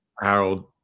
Harold